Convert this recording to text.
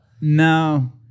No